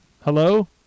Hello